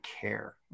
care